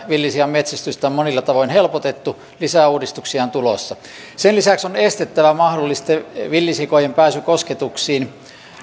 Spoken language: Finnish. villisian metsästystä on monilla tavoin helpotettu lisäuudistuksia on tulossa sen lisäksi on estettävä mahdollisten villisikojen pääsy kosketuksiin